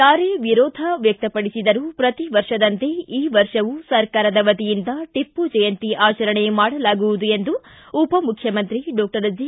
ಯಾರೇ ವಿರೋಧ ವ್ಯಕ್ತಪಡಿಸಿದರೂ ಪ್ರತಿ ವರ್ಷದಂತೆ ಈ ವರ್ಷವೂ ಸರಕಾರದ ವತಿಯಿಂದ ಟಿಪ್ಪು ಜಯಂತಿ ಆಚರಣೆ ಮಾಡಲಾಗುವುದು ಎಂದು ಉಪಮುಖ್ಯಮಂತ್ರಿ ಡಾಕ್ಷರ್ ಜಿ